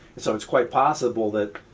so it's quite possible that